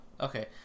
okay